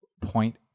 point